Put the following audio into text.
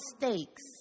mistakes